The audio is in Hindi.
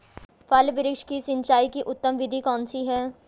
फल वृक्ष की सिंचाई की उत्तम विधि कौन सी है?